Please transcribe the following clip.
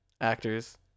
actors